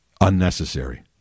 Unnecessary